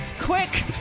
quick